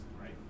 right